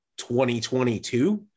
2022